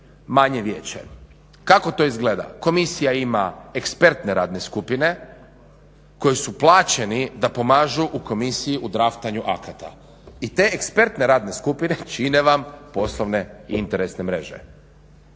manje vijeće. Kako to izgleda? Komisija ima ekspertne radne skupine koji su plaćeni da pomažu u komisiji u draftanju akata i te ekspertne radne skupine čine vam poslovne i interesne mreže.